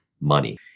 money